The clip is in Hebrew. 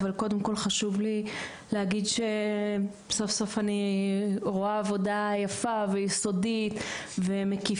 אבל קודם כל חשוב לי להגיד שסוף סוף אני רואה עבודה יפה ויסודית ומקיפה,